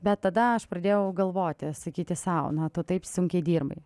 bet tada aš pradėjau galvoti sakyti sau na tu taip sunkiai dirbai